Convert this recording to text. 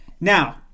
Now